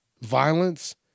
Violence